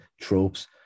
tropes